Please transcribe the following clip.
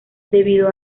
debido